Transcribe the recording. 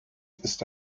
ist